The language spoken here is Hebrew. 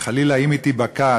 וחלילה אם היא תיבקע,